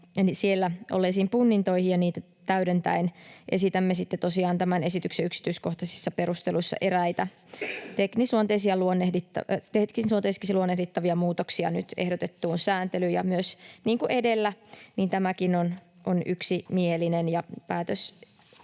siellä olleisiin punnintoihin, ja niitä täydentäen esitämme sitten tosiaan tämän esityksen yksityiskohtaisissa perusteluissa eräitä teknisluonteisiksi luonnehdittavia muutoksia nyt ehdotettuun sääntelyyn. Niin kuin edellä, myös tämäkin on yksimielinen.